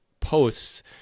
posts